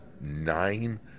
nine